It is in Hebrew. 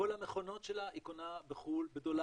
את כל המכונות שלה היא קונה בחו"ל בדולרים,